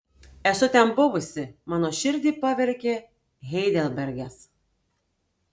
esu ten buvusi mano širdį pavergė heidelbergas